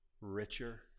Richer